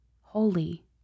holy